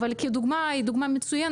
אבל כדוגמה,